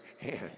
hand